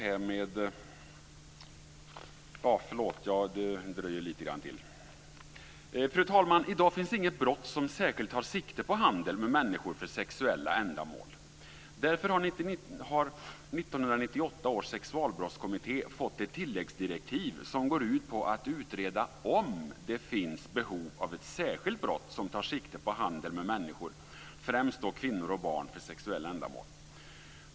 I dag finns det inget brott som särskilt tar sikte på handel med människor för sexuella ändamål. Därför har 1998 års sexualbrottskommitté fått ett tilläggsdirektiv som går ut på att utreda om det finns behov av ett särskilt brott som tar sikte på handel med människor, främst då kvinnor och barn, för sexuella ändamål.